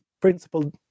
principle